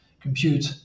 compute